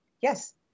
Yes